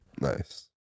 Nice